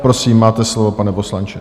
Prosím, máte slovo, pane poslanče.